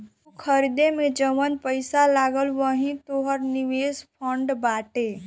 ऊ खरीदे मे जउन पैसा लगल वही तोहर निवेश फ़ंड बाटे